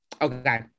okay